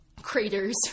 craters